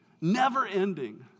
never-ending